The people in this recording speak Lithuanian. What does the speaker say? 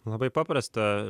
labai paprasta